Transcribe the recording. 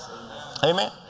Amen